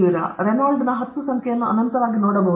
ನಾನು ರೆನಾಲ್ಡ್ನ ಹತ್ತು ಸಂಖ್ಯೆಯನ್ನು ಅನಂತವಾಗಿ ನೋಡಬಹುದೇ